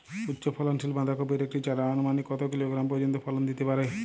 উচ্চ ফলনশীল বাঁধাকপির একটি চারা আনুমানিক কত কিলোগ্রাম পর্যন্ত ফলন দিতে পারে?